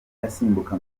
asimbuka